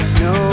no